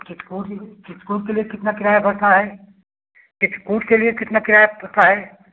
चित्रकूट चित्रकूट के लिए कितना किराया पड़ता है चित्रकूट के लिए कितना किराया पड़ता है